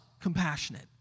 compassionate